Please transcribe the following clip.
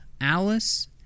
Alice